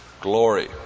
glory